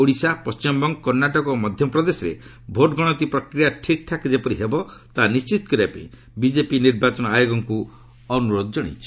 ଓଡ଼ିଶା ପିଣ୍ଟିମବଙ୍ଗ କର୍ଣ୍ଣାଟକ ଓ ମଧ୍ୟପ୍ରଦେଶରେ ଭୋଟ୍ଗଣତି ପ୍ରକ୍ରିୟା ଠିକ୍ଠାକ୍ ଯେପରି ହେବ ତାହା ନିଶ୍ଚିତ କରିବାପାଇଁ ବିଜେପି ନିର୍ବାଚନ ଆୟୋଗଙ୍କୁ ଅନୁରୋଧ ଜଣାଇଛନ୍ତି